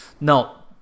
Now